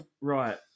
Right